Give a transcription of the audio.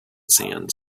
sands